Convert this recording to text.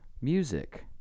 music